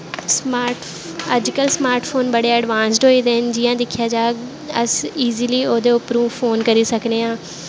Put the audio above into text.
smart अज्ज कल smart phone बड़े अडवांस होई गेदे न जियां दिक्खेआ जाह्ग अस ईजली ओह्दे उप्परों फोन करी सकने आं